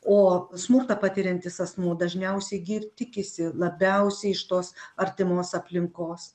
o smurtą patiriantis asmuo dažniausiai gi ir tikisi labiausiai iš tos artimos aplinkos